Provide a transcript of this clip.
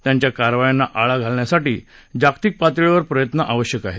त्यांच्या कारवायांना आळा घालण्यासाठी जागतिक पातळीवर प्रयत्न आवश्यक आहे